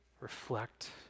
Reflect